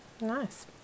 nice